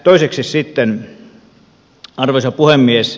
toiseksi sitten arvoisa puhemies